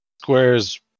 squares